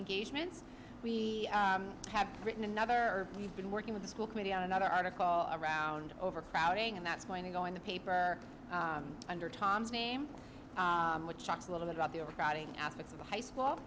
engagements we have written another we've been working with the school committee on another article around overcrowding and that's going to go in the paper under tom's name which talks a little bit about the overcrowding aspects of the high school